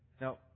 Now